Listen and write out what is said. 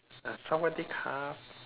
sawatdeekhap